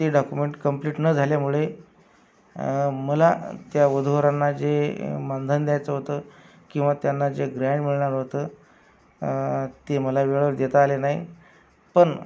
ते document complete न झाल्यामुळे मला त्या वधूवरांना जे मानधन द्यायचं होतं किंवा त्यांना जे ग्रॅण मिळणार होतं ते मला वेळेवर देता आले नाही पण